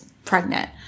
Pregnant